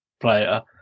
player